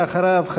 ואחריו,